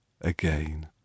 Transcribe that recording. again